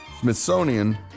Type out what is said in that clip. Smithsonian